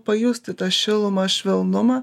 pajusti tą šilumą švelnumą